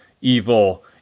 evil